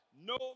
No